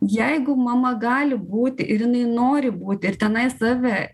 jeigu mama gali būti ir jinai nori būti ir tenai save